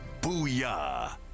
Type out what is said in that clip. Booyah